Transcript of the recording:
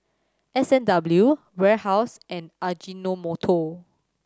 S and W Warehouse and Ajinomoto